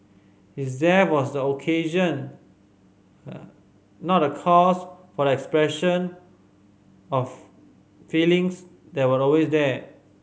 his death was occasion not the cause for the expression of feelings that were always there